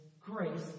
grace